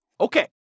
Okay